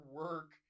work